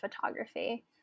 photography